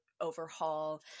overhaul